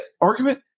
argument